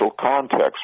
context